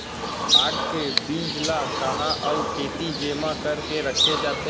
साग के बीज ला कहाँ अऊ केती जेमा करके रखे जाथे?